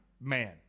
man